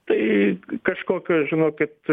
tai kažkokio žinokit